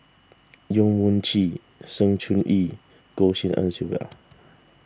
Yong Mun Chee Sng Choon Yee and Goh Tshin En Sylvia